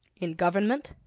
in government,